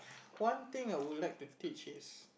one thing I would like to teach is